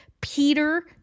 Peter